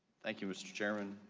thank you mr. chairman,